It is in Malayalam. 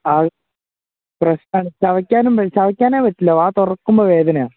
അത് പ്രശ്നമാണ് ചവയ്ക്കാനെ പറ്റില്ല വായ തുറക്കുമ്പോള് വേദനയാണ്